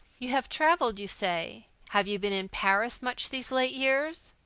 you have traveled, you say. have you been in paris much these late years?